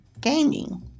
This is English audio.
gaming